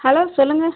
hello சொல்லுங்க